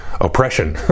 oppression